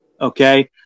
Okay